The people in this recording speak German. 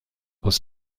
aus